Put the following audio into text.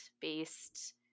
based